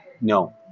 No